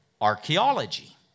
archaeology